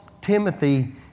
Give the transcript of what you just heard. Timothy